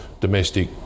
domestic